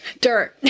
dirt